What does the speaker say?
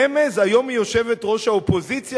רמז: היום היא יושבת-ראש האופוזיציה,